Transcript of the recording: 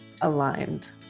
aligned